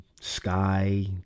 sky